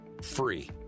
free